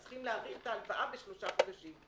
צריך להאריך את ההלוואה בשלושה חודשים.